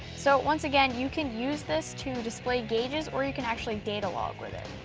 so once again you can use this to display gauges or you can actually data log with it.